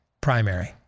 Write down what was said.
primary